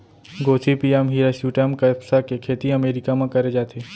Gossypium hirsutum कपसा के खेती अमेरिका म करे जाथे